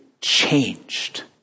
changed